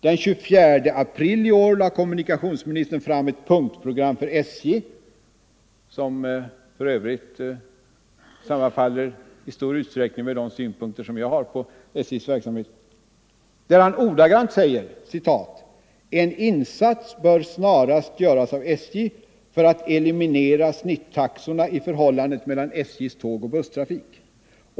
Den 24 april i år lade kommunikationsministern fram ett punktprogram för SJ, som för övrigt i stor utsträckning sammanfaller med de synpunkter jag har på SJ:s verksamhet, där han ordagrant säger: ”En insats bör snarast göras av SJ för att eliminera snittaxorna i förhållandet mellan SJ:s tågoch busstrafik.